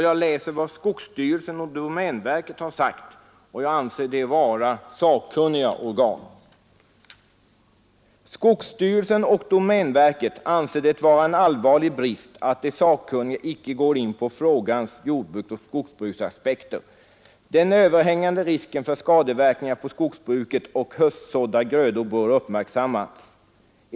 Där sägs om skogsstyrelsen och domänverket — som jag anser vara sakkunniga organ — följande: ”Skogsstyrelsen och domänverket anser det vara en allvarlig brist att de sakkunniga inte går in på frågans jordbruksoch skogsbruksaspekter. Den överhängande risken för skadeverkningar på skogsbruket och höstsådda grödor bör uppmärksammas.